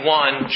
one